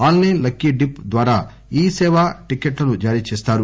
ఆస్ లైస్ lucky dip ద్వారా ఈ సేవా టికెట్లను జారీ చేస్తారు